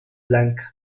blanca